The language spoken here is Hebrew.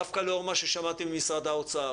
דווקא לאור מה ששמעתי ממשרד האוצר,